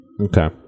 Okay